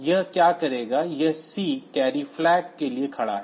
यह क्या करेगा यह C कैरी फ्लैग के लिए खड़ा है